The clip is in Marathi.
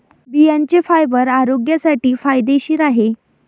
बियांचे फायबर आरोग्यासाठी फायदेशीर आहे